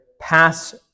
pass